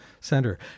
center